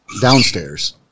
downstairs